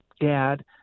dad